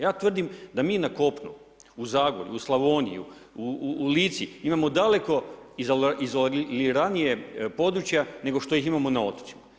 Ja tvrdim da mi na kopnu, u Zagorju, u Slavoniji, u Lici, imamo daleko izoliranije područje, nego što ih imamo na otocima.